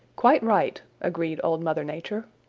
quite right, agreed old mother nature.